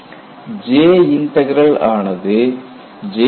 J integral ஆனது J